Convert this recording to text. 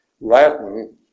Latin